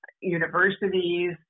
universities